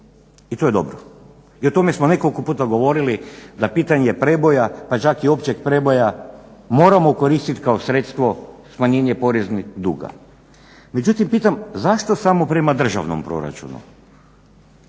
i to je dobro i o tome smo nekoliko puta govorili da pitanje preboja pa čak i općeg preboja moramo koristiti kao sredstvo smanjenja poreznog duga. Međutim pitam zašto samo prema državnom proračunu?